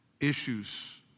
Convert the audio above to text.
issues